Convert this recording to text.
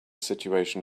situation